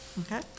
okay